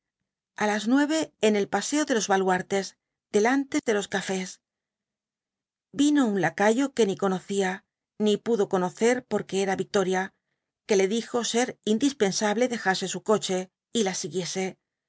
a las yi nueve en el paseo de los baluartes deinte de los cafeés vino qpn unlacaycrque ni conoicia ni pudo conocer porque era victoria quje le dijo ser indispensable dejase su coche y la siguiese